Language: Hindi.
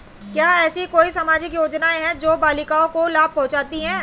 क्या ऐसी कोई सामाजिक योजनाएँ हैं जो बालिकाओं को लाभ पहुँचाती हैं?